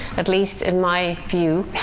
at least in my view.